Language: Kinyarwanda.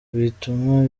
wituma